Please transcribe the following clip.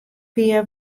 fia